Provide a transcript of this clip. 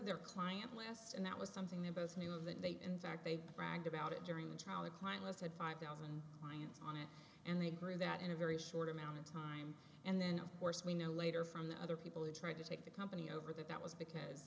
their client lasts and that was something they both knew that they in fact they bragged about it during the trial the client list had five thousand lions on it and they agree that in a very short amount of time and then of course we know later from the other people who tried to take the company over that that was because